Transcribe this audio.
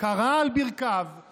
כרע על ברכיו,